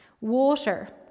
Water